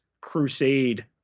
crusade